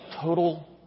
total